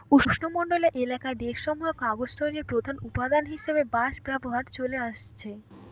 উষ্ণমন্ডলীয় এলাকার দেশসমূহে কাগজ তৈরির প্রধান উপাদান হিসাবে বাঁশ ব্যবহার চলে আসছে